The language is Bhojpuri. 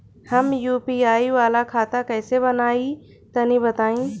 हम यू.पी.आई वाला खाता कइसे बनवाई तनि बताई?